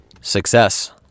Success